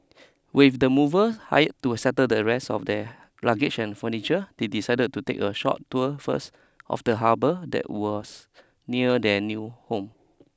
with the mover hired to settle the rest of their luggage and furniture they decided to take a short tour first of the harbour that was near their new home